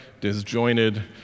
disjointed